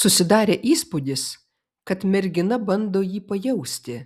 susidarė įspūdis kad mergina bando jį pajausti